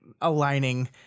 aligning